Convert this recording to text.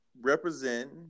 Represent